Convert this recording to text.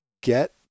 get